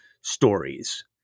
stories